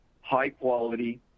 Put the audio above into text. high-quality